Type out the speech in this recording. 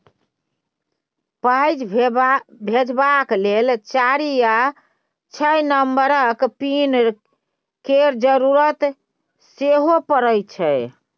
पाइ भेजबाक लेल चारि या छअ नंबरक पिन केर जरुरत सेहो परय छै